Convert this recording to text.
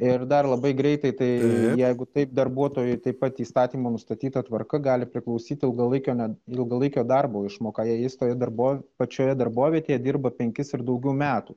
ir dar labai greitai tai jeigu taip darbuotojui taip pat įstatymo nustatyta tvarka gali priklausyt ilgalaikio ne ilgalaikio darbo išmoka jei jis toje darbo pačioje darbovietėje dirba penkis ir daugiau metų